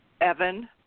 Evan